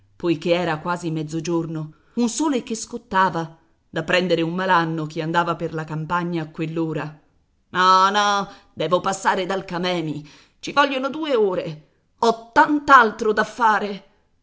poiché era quasi mezzogiorno un sole che scottava da prendere un malanno chi andava per la campagna a quell'ora no no devo passare dal camemi ci vogliono due ore ho tant'altro da fare